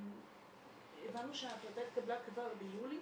הבנו שההחלטה התקבלה כבר ביולי